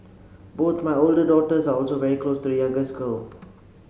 both my older daughters are also very close to youngest girl